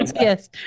Yes